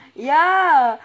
ya